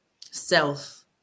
Self